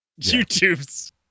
youtube's